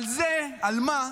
על מה?